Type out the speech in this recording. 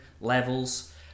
levels